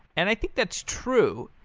and i think that's true.